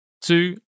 Two